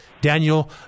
Daniel